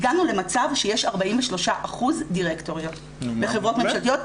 הגענו למצב שיש 43% דירקטוריות בחברות ממשלתיות,